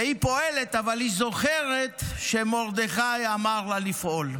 והיא פועלת, אבל היא זוכרת שמרדכי אמר לה לפעול,